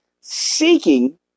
seeking